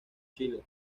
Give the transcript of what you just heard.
chile